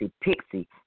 pixie